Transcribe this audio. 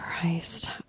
Christ